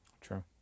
True